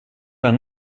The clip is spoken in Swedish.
den